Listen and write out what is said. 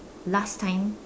last time